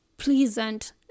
Pleasant